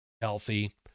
healthy